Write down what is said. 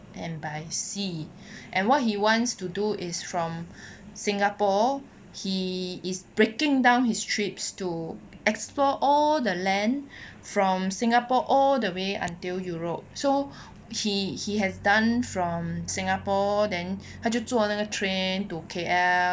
and by sea and what he wants to do is from singapore he is breaking down his trips to explore all the land from singapore all the way until europe so he he has done from singapore then 他就坐那个 train to K_L